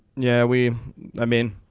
yeah we i mean.